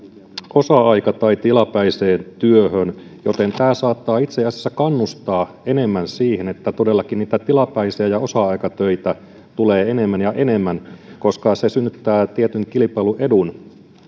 osa aika tai tilapäiseen työhön joten tämä saattaa itse asiassa kannustaa enemmän siihen että todellakin niitä tilapäisiä ja ja osa aikatöitä tulee enemmän ja enemmän koska se synnyttää tietyn kilpailuedun